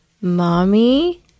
mommy